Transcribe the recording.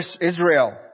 Israel